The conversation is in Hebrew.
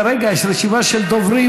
כרגע יש רשימה של דוברים,